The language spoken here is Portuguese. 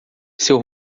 seu